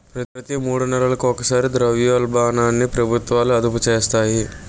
ప్రతి మూడు నెలలకు ఒకసారి ద్రవ్యోల్బణాన్ని ప్రభుత్వాలు అదుపు చేస్తాయి